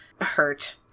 hurt